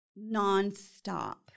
nonstop